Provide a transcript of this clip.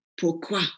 pourquoi